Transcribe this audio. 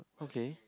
okay